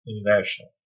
International